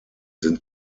sind